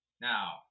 Now